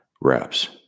reps